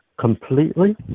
completely